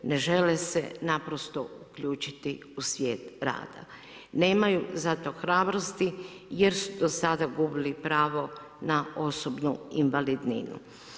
Ne žele se naprosto uključiti u svijet rada, nemaju za to hrabrosti jer su do sada gubili pravo na osobnu invalidninu.